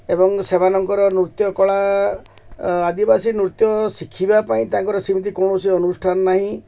ଏବଂ ସେମାନଙ୍କର ନୃତ୍ୟ କଳା ଆଦିବାସୀ ନୃତ୍ୟ ଶିଖିବା ପାଇଁ ତାଙ୍କର ସେମିତି କୌଣସି ଅନୁଷ୍ଠାନ ନାହିଁ